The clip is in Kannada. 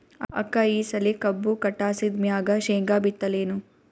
ಅಕ್ಕ ಈ ಸಲಿ ಕಬ್ಬು ಕಟಾಸಿದ್ ಮ್ಯಾಗ, ಶೇಂಗಾ ಬಿತ್ತಲೇನು?